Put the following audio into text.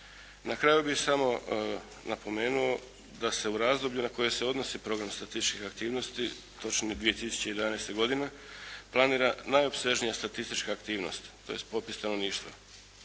Na kraju bih samo napomenuo da se u razdoblju na koje se odnosi program statističkih aktivnosti točnije 2011. godina planira najopsežnija statistička aktivnost tj. popis stanovništva.